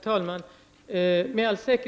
Herr talman!